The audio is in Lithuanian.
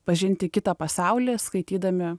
pažinti kitą pasaulį skaitydami